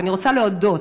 אני רוצה להודות